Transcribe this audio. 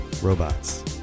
Robots